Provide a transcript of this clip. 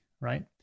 right